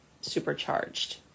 supercharged